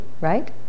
right